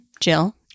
Jill